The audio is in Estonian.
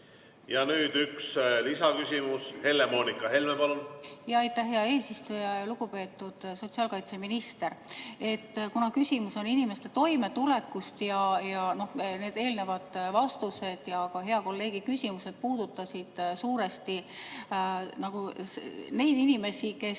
Ja nüüd üks lisaküsimus. Helle-Moonika Helme, palun! Aitäh, hea eesistuja! Lugupeetud sotsiaalkaitseminister! Küsimus on inimeste toimetulekus. Eelnevad vastused ja ka hea kolleegi küsimused puudutasid suuresti neid inimesi, kes